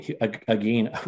again